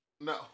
No